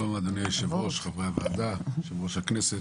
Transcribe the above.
אדוני היושב-ראש, חברי הוועדה, יושב-ראש הכנסת,